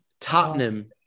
Tottenham